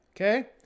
okay